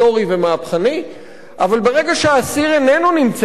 אבל ברגע שהאסיר איננו נמצא בחזקתה של המדינה,